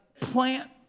plant